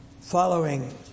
following